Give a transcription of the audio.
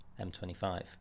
M25